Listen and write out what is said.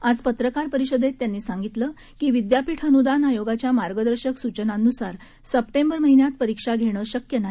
आज पत्रकार परिषदेत त्यांनी सांगितलं की विद्यापीठ अनुदान आयोगाच्या मार्गदर्शक सूचनांनुसार सप्टेंबर महिन्यात परिक्षा घेणं शक्य नाही